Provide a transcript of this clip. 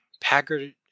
Packard